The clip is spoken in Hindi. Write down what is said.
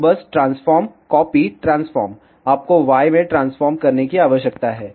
तो बस ट्रांसफार्म कॉपी ट्रांसफार्म आपको y में ट्रांसफार्म करने की आवश्यकता है